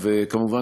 וכמובן,